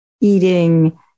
eating